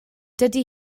dydy